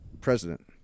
President